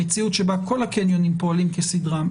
המציאות שבה כל הקניונים פועלים כסדרם,